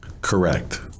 Correct